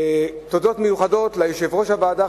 תודות מיוחדות ליושב-ראש הוועדה,